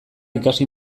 ikasi